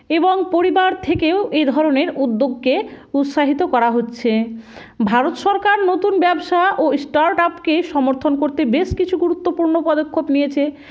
এবং পরিবার থেকেও এই ধরনের উদ্যোগকে উৎসাহিত করা হচ্ছে ভারত সরকার নতুন ব্যবসা ও স্টার্ট আপকে সমর্থন করতে বেশ কিছু গুরুত্বপূর্ণ পদক্ষেপ নিয়েছে